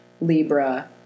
Libra